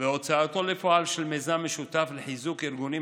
והוצאתו לפועל של מיזם משותף לחיזוק ארגונים